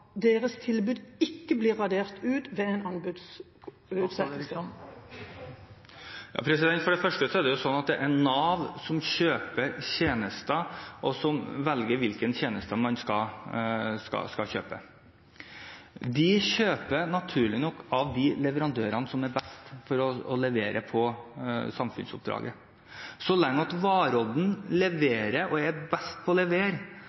deres tilbud ikke blir radert ut ved en anbudsutsettelse? For det første er det sånn at det er Nav som kjøper tjenester og velger hvilke tjenester man skal kjøpe. De kjøper naturlig nok av de leverandørene som er best til å levere til samfunnsoppdraget. Så lenge Varodd leverer, og er best til å levere,